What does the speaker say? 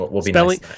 Spelling